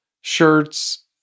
shirts